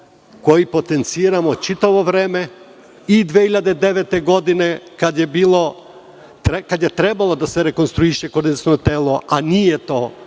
koji potenciramo čitavo vreme. Kada je 2009. godine trebalo da se rekonstruiše koordinaciono telo, a nije se